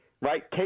right